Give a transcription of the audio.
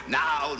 now